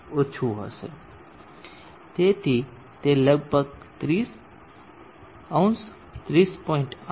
તેથી તે લગભગ 300 30